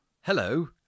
Hello